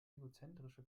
egozentrische